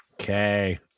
Okay